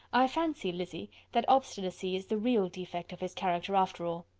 i fancy, lizzy, that obstinacy is the real defect of his character, after all.